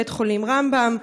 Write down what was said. בית-חולים רמב"ם,